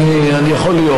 יכול להיות.